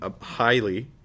highly